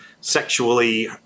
sexually